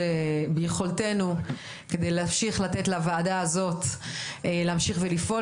שביכולתנו כדי להמשיך לתת לוועדה הזאת להמשיך ולפעול